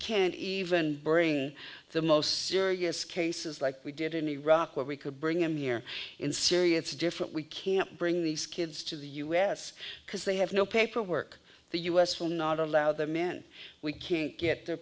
can't even bring the most serious cases like we did in iraq where we could bring him here in syria it's different we can't bring these kids to the u s because they have no paperwork the u s will not allow them in we can't get their